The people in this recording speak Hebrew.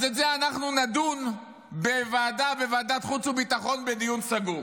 אז על זה אנחנו נדון בוועדת החוץ והביטחון בדיון סגור.